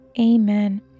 Amen